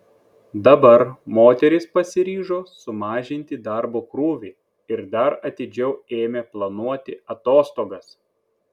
dabar moteris pasiryžo sumažinti darbo krūvį ir dar atidžiau ėmė planuoti atostogas